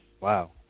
Wow